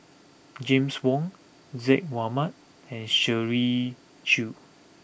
James Wong Zaqy Mohamad and Shirley Chew